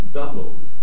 doubled